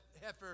heifer